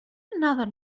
another